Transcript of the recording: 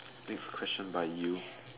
next question by you